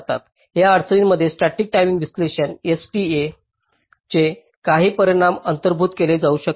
या अडचणींमध्ये static time विश्लेषण STA चे काही परिणाम अंतर्भूत केले जाऊ शकते